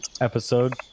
episode